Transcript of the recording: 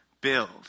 build